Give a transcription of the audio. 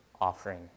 offering